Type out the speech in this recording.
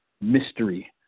Mystery